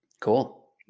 Cool